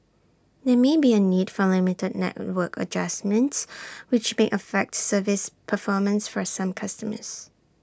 there may be A need for limited network adjustments which may affect service performance for some customers